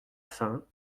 fin